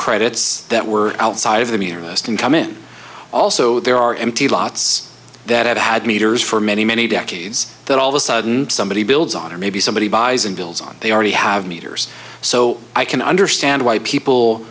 credits that were outside of the nearest him come in also there are empty lots that have had meters for many many decades that all of a sudden somebody builds on or maybe somebody buys and builds on they already have meters so i can understand why people